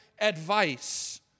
advice